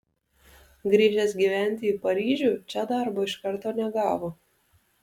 grįžęs gyventi į paryžių čia darbo iš karto negavo